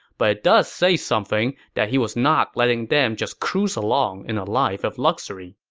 but it does say something that he was not letting them just cruise along in a life of luxury.